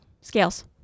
scales